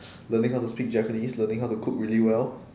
learning how to speak japanese learning how to cook really well